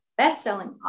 bestselling